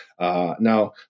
Now